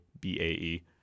b-a-e